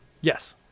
yes